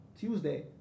Tuesday